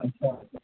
अच्छा